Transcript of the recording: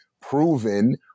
proven